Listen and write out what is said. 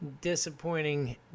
disappointing